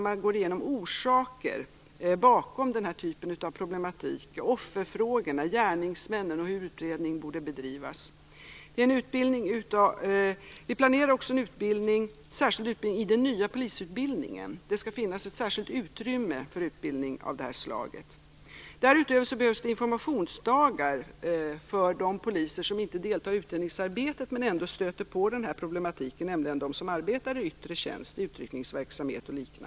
Man går igenom orsakerna bakom den här typen av problematik. Det gäller alltså offerfrågorna och gärningsmännen samt hur utredningen borde bedrivas. Vi planerar också en särskild utbildning inom den nya polisutbildningen. Det skall finnas ett särskilt utrymme för utbildning av det här slaget. Därutöver behövs det informationsdagar för de poliser som inte deltar i utredningsarbetet men som ändå stöter på den här problematiken, nämligen de som arbetar i yttre tjänst - i utryckningsverksamhet o.d.